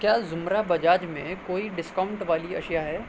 کیا زمرہ بجاج میں کوئی ڈسکاؤنٹ والی اشیاء ہے